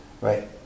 right